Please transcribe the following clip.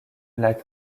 lac